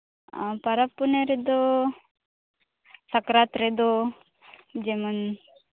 ᱚ ᱯᱚᱨᱚᱵᱽᱼᱯᱩᱱᱟᱹᱭ ᱨᱮᱫᱚ ᱥᱟᱠᱨᱟᱛ ᱨᱮᱫᱚ ᱡᱮᱢᱚᱱ